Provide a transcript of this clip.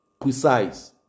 precise